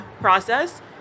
process